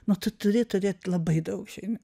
nu tu turi turėti labai daug žinių